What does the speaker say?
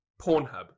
Pornhub